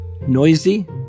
noisy